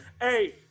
Hey